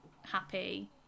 happy